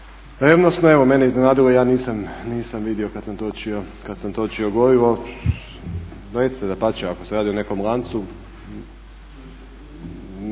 revnosno. Evo mene je iznenadilo ja nisam vidio kada sam točio gorivo, recite dapače ako se radi o nekom lancu.